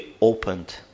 opened